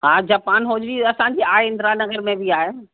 हा Japan hosiery असांजी आहे इंद्रानगर में बि आहे